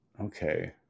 Okay